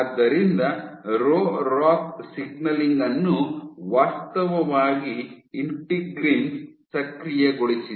ಆದ್ದರಿಂದ Rho Rac signaling ಅನ್ನು ವಾಸ್ತವವಾಗಿ ಇಂಟಿಗ್ರಿನ್ಸ್ ಸಕ್ರಿಯಗೊಳಿಸಿದೆ